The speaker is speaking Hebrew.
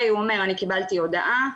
הוא אומר 'קיבלתי הודעה,